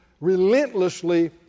relentlessly